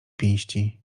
pięści